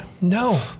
No